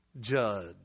judge